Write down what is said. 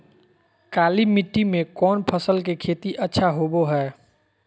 काली मिट्टी में कौन फसल के खेती अच्छा होबो है?